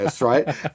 right